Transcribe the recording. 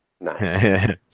Nice